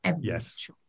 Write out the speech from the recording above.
Yes